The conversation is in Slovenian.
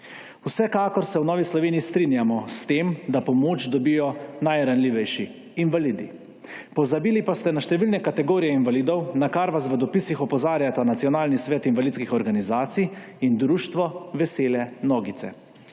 Vsekakor se v Novi Sloveniji strinjamo s tem, da pomoč dobijo najranljivejši invalidi. Pozabili pa ste na številne kategorije invalidov, na kar vas v dopisih opozarjata Nacionalni svet invalidskih organizacij in Društvo Vesele nogice.